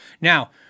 Now